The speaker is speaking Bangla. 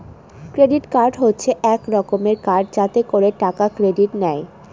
ক্রেডিট কার্ড হচ্ছে এক রকমের কার্ড যাতে করে টাকা ক্রেডিট নেয়